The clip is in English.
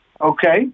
Okay